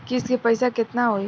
किस्त के पईसा केतना होई?